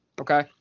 Okay